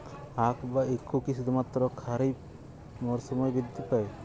আখ বা ইক্ষু কি শুধুমাত্র খারিফ মরসুমেই বৃদ্ধি পায়?